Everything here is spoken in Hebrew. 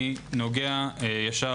אני נוגע ישר